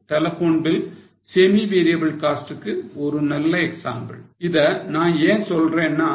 எனவே telephone bill semi variable காஸ்ட்க்கு ஒரு நல்ல எக்ஸாம்பிள் இத நான் ஏன் சொல்றேன்னா